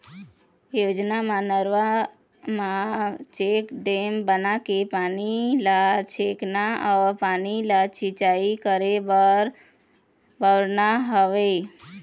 योजना म नरूवा म चेकडेम बनाके पानी ल छेकना अउ पानी ल सिंचाई करे बर बउरना हवय